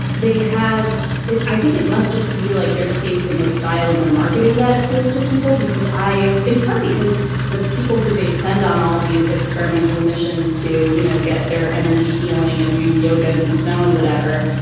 they have it. i think it must just be like their taste and their style and their marketing that appeals to people because i. in part because the people who they send on all these experimental missions to, you know, get their energy healing and do yoga in the snow and whatever,